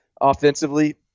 Offensively